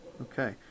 Okay